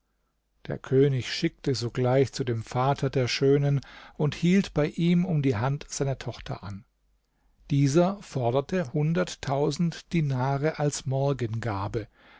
der könig schickte sogleich zu dem vater der schönen und hielt bei ihm um die hand seiner tochter an dieser forderte hunderttausend dinare als morgengabe